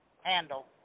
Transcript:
handle